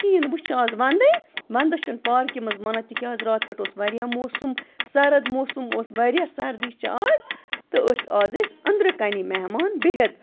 کِہیٖنۍ وۄنۍ چھِ آز ونٛدٕ ونٛدَس چھِنہٕ پارکہِ منٛز مانان تِکیٛازِٕ راتہٕ پٮ۪ٹھ اوس واریاہ موسم سَرٕد موسم اوس واریاہ سردی چھِ آز تہٕ أسۍ آز ٲسۍ أنٛدرٕ کَنی مہمان بِہِتھ